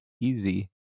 easy